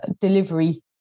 delivery